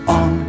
on